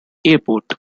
airport